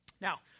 Now